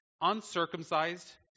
uncircumcised